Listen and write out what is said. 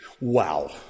Wow